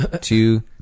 two